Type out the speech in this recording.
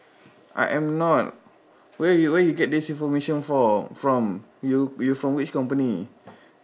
I am not where you where you get this information for from you from which company